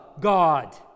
God